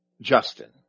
Justin